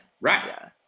right